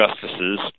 justices